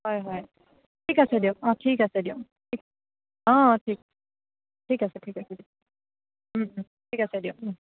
হয় হয় ঠিক আছে দিয়ক অ ঠিক আছে দিয়ক অ ঠিক ঠিক আছে ঠিক আছে ওম ওম ঠিক আছে দিয়ক ওম